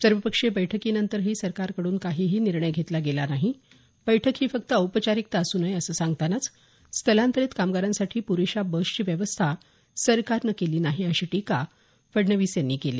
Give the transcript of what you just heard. सर्वपक्षीय बैठकीनंतरही सरकारकडून काहीही निर्णय घेतला गेला नाही बैठक ही फक्त औपचारिकता असू नये असं सांगतानाच स्थलांतरित कामगारांसाठी पुरेशा बसची व्यवस्था सरकारने केली नाही अशी टीका फडणवीस यांनी केली